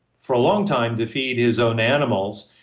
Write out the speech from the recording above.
for a long time to feed his own animals.